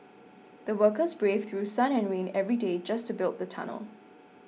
the workers braved through sun and rain every day just to build the tunnel